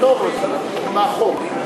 אלא יהיה מנדטורי, מהחוק.